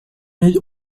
has